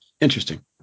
Interesting